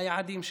ליעדים שלה.